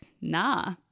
nah